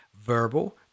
verbal